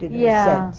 yeah.